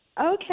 Okay